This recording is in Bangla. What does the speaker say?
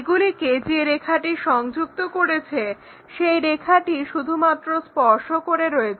এগুলিকে যে রেখাটি সংযুক্ত করেছে সেই রেখাটি শুধুমাত্র স্পর্শ করে রয়েছে